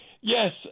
Yes